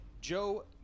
Joe